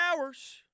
hours